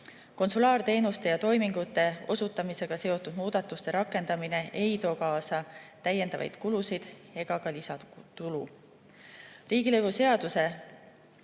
Konsulaarteenuste ja ‑toimingute osutamisega seotud muudatuste rakendamine ei too kaasa täiendavaid kulusid ega ka lisatulu.